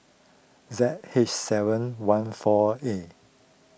Z H seven one four A